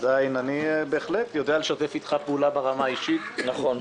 עדיין אני בהחלט יודע לשתף אתך פעולה ברמה האישית -- נכון.